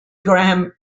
graham